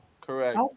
correct